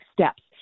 steps